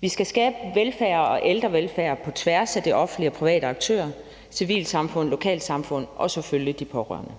Vi skal skabe velfærd og ældrevelfærd på tværs af det offentlige, private aktører, civilsamfund, lokalsamfund og selvfølgelig de pårørende.